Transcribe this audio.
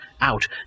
out